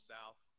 South